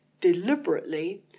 deliberately